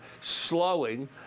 slowing